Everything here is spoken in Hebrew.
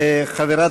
חברת